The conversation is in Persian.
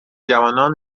جوانان